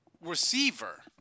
receiver